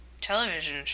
television